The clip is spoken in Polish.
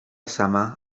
sama